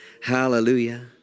hallelujah